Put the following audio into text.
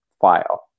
file